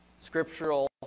scriptural